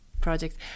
project